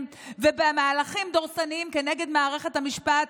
ובמהלכים דורסניים כנגד מערכת המשפט.